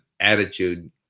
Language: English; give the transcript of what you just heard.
attitude